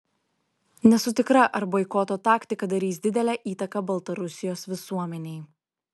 nesu tikra ar boikoto taktika darys didelę įtaką baltarusijos visuomenei